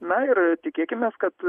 na ir tikėkimės kad